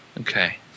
Okay